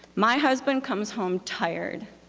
my husband comes home tired.